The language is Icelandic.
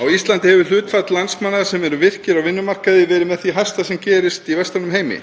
Á Íslandi hefur hlutfall landsmanna sem eru virkir á vinnumarkaði verið með því hæsta sem gerist í vestrænum heimi.